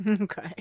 Okay